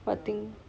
what thing